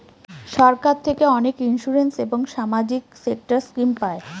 সরকার থেকে অনেক ইন্সুরেন্স এবং সামাজিক সেক্টর স্কিম পায়